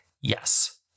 yes